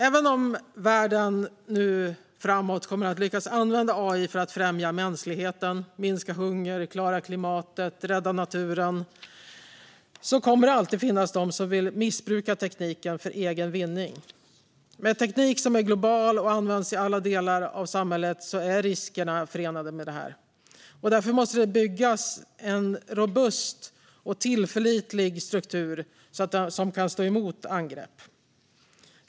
Även om världen framöver kommer att lyckas använda AI för att främja mänskligheten, minska hunger, klara klimatet och rädda naturen kommer det alltid att finnas de som vill missbruka tekniken för egen vinning. Med teknik som är global och används i alla delar av samhället finns det risker förenade. Därför måste det byggas en robust och tillförlitlig struktur som kan stå emot angrepp.